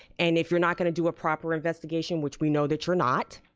and if you're not gonna do a proper investigation which we know that you're not,